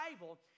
Bible